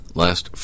last